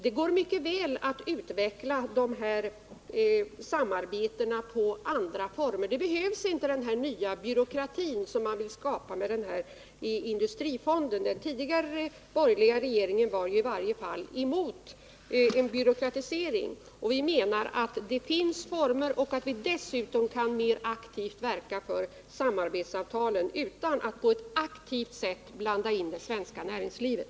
Det går mycket väl att utveckla detta samarbete på andra vägar. Man behöver inte den nya byråkrati som skapas med industrifonden. Den tidigare borgerliga regeringen var i varje fall emot en byråkratisering. Vi menar att det finns andra former och att vi kan verka för samarbetsavtal utan att på ett aktivt sätt blanda in det svenska näringslivet.